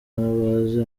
bazi